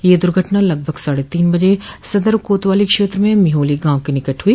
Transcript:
यह दूर्घटना लगभग साढे तीन बजे सदर कोतवाली क्षेत्र में मिहोली गांव के निकट हुई